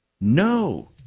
No